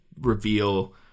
reveal